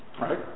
right